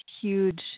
huge